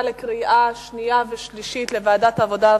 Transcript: לקריאה שנייה ושלישית לוועדת העבודה,